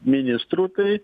ministrų tai